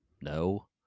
No